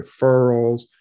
referrals